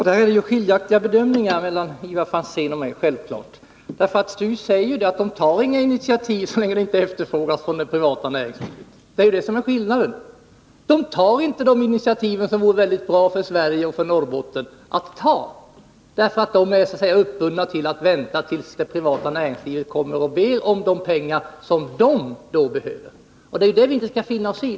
Herr talman! Ivar Franzén och jag har självfallet olika bedömningar. STU säger att man inte tar några initiativ så länge inte sådana efterfrågas från det privata näringslivet. STU tar alltså inte de initiativ som vore mycket bra för Sverige och för Norrbotten, eftersom man är så att säga uppbunden till att vänta tills det privata näringslivet ber om de pengar som detta näringsliv då behöver. Det är ju det vi inte skall finna oss i.